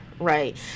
Right